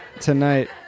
tonight